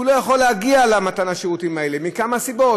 שלא יכול להגיע לשירותים האלה, מכמה סיבות.